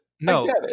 No